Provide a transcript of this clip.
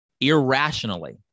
irrationally